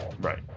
Right